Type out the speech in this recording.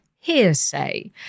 hearsay